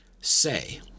Say